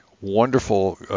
wonderful